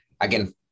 Again